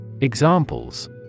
Examples